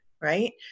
right